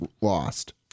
lost